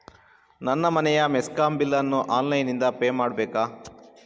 ನನ್ನ ಮನೆಯ ಮೆಸ್ಕಾಂ ಬಿಲ್ ಅನ್ನು ಆನ್ಲೈನ್ ಇಂದ ಪೇ ಮಾಡ್ಬೇಕಾ?